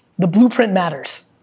the blueprint matters,